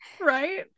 Right